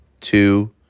two